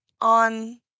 on